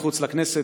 מחוץ לכנסת,